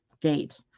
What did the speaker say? gate